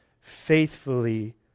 faithfully